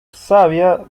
savia